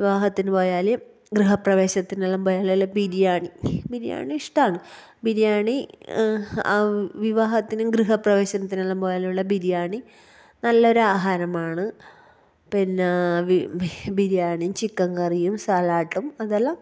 വിവാഹത്തിന് പോയാല് ഗൃഹപ്രവേശനത്തിനെല്ലാം പോയാലുള്ള ബിരിയാണി ബിരിയാണി ഇഷ്ടാണ് ബിരിയാണി ആ വിവാഹത്തിനും ഗ്രഹപ്രവേശനത്തിനെല്ലം പോയാലുള്ള ബിരിയാണി നല്ലൊരാഹാരമാണ് പിന്നെ വി ബിരിയാണീം ചിക്കന്കറിയും സലാട്ടും അതെല്ലാം